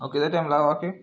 ଆଉ କେତେ ଟାଇମ୍ ଲାଗ୍ବା କି